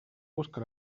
busca